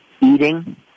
eating